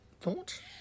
thought